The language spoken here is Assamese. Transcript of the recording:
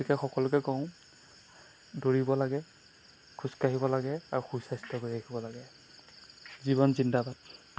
গতিকে সকলোকে কওঁ দৌৰিব লাগে খোজ কাঢ়িব লাগে আৰু সুস্বাস্থ্য কৰি ৰাখিব লাগে জীৱন জিন্দাবাদ